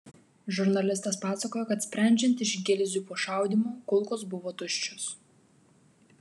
žurnalistas pasakojo kad sprendžiant iš gilzių po šaudymo kulkos buvo tuščios